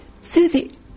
Susie